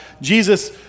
Jesus